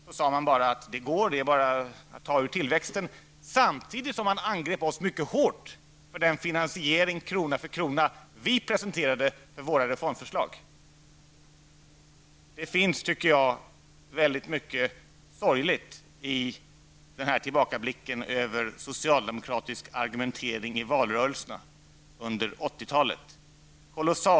Då sade man bara att det går, det är bara att ta ur tillväxten, samtidigt som man angrep oss mycket hårt för den finansiering krona för krona som vi presenterade för våra reformförslag. Den här tillbakablicken över socialdemokratisk argumentering i valrörelserna under 80-talet är mycket sorglig, tycker jag.